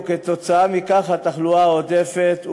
וכתוצאה מכך התחלואה העודפת,